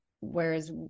Whereas